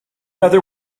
other